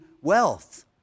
wealth